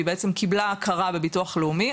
היא כבר קיבלה הכרה בביטוח לאומי,